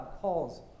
calls